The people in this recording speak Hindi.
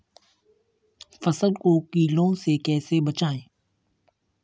फसल को कीड़े से कैसे बचाएँ?